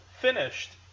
finished